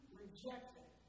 rejected